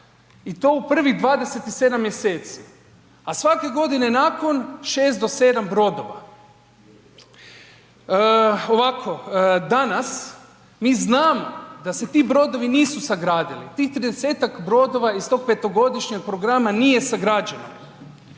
i to u prvih 27 mjeseci, a svake godine nakon 6 do 7 brodova. Ovako, danas mi znamo da se ti brodovi nisu sagradili, tih 30-tak brodova iz tog 5-godišnjeg programa nije sagrađeno.